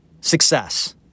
success